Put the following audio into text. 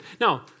Now